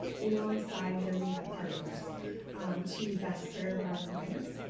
alongside their rehab partners to best serve our clients.